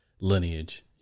lineage